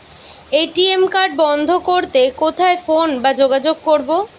ATM card বন্ধ করতে কোথায় ফোন বা যোগাযোগ করব?